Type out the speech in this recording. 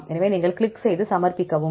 எனவே நீங்கள் கிளிக் செய்து சமர்ப்பிக்கவும்